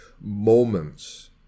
moments